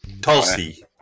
tulsi